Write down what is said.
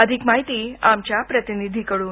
अधिक माहिती आमच्या प्रतिनिधीकडून